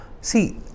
see